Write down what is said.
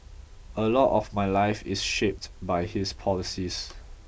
a lot of my life is shaped by his policies